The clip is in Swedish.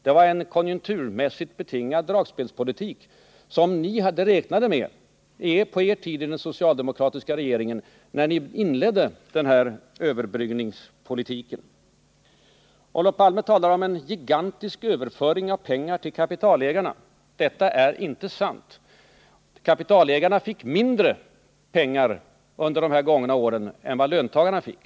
Det var en konjunkturmässigt betingad dragspelspolitik, som ni i den socialdemokratiska regeringen räknade med när ni inledde den här överbryggningspolitiken. Olof Palme påstår att det under trepartiregeringens tid skett en gigantisk överföring av pengar till kapitalägarna. Detta är inte sant. Kapitalägarna fick mindre pengar under dessa gångna år än vad löntagarna fick.